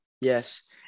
Yes